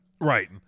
Right